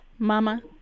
Mama